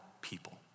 people